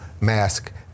mask